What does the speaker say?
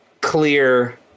clear